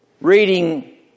reading